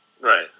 Right